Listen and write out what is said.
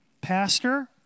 Pastor